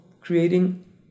creating